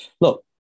look